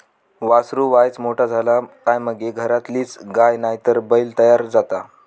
वासरू वायच मोठा झाला काय मगे घरातलीच गाय नायतर बैल तयार जाता